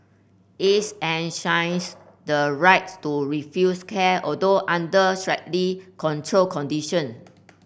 its enshrines the rights to refuse care although under strictly controlled condition